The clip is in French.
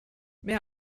mais